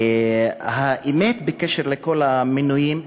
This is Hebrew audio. האמת בקשר לכל המינויים,